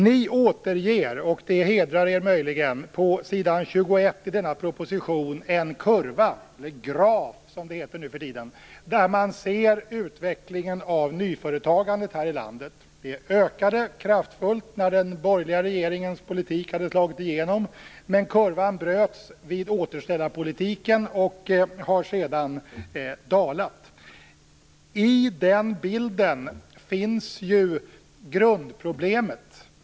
Ni återger - och det hedrar er möjligen - på s. 21 i denna proposition en kurva, eller graf som det heter nu för tiden, där man ser utvecklingen av nyföretagandet här i landet. Det ökade kraftfullt när den borgerliga regeringens politik hade slagit igenom. Men kurvan bröts vid återställarpolitiken och har sedan dalat. I denna bild finns ju grundproblemet.